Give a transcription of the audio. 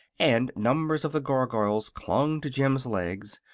and numbers of the gargoyles clung to jim's legs,